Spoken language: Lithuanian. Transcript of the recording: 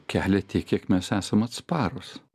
kelia tiek kiek mes esam atsparūs